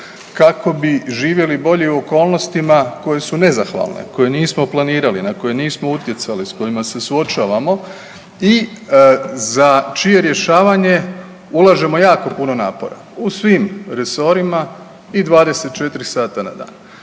kako bi živjeli bolje i u okolnostima koje su nezahvalne, koje nismo planirali, na koje nismo utjecali, s kojima se suočavamo i za čije rješavanje ulažemo jako puno napora u svim resorima i 24 sata na dan.